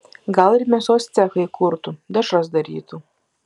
gal ir mėsos cechą įkurtų dešras darytų